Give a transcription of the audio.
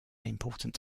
important